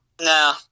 No